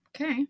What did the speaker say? Okay